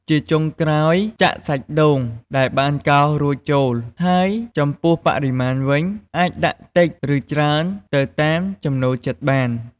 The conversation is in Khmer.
ជាចុងក្រោយ ចាក់សាច់ដូងដែលបានកោសរួចចូល ហើយចំពោះបរិមាណវិញ អាចដាក់តិច ឬច្រើនទៅតាមចំណូលចិត្តបាន។